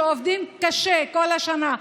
שעובדים קשה כל השנה,